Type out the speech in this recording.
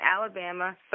Alabama